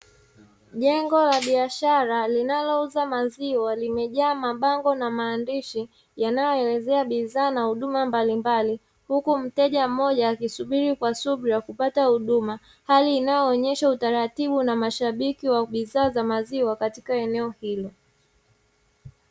Jengo la biashara linalo uza maziwa limejaa mapango na maandishi yanayoelezea bidhaa na huduma mbalimbali, huku mteja mmoja akisubiri kwa supu ya kupata huduma, hali inayoonyesha utaratibu na mashabiki wa bidhaa za maziwa katika eneo hilo.